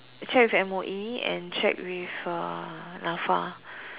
check with M_O_E and check with uh Nafa